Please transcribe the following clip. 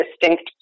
distinct